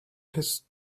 his